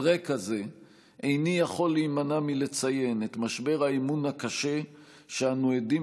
על רקע זה איני יכול להימנע מלציין את משבר האמון הקשה שאנו עדים